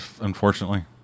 unfortunately